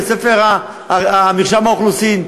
לספר מרשם האוכלוסין,